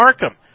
Markham